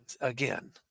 again